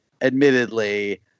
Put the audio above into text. admittedly